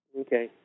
Okay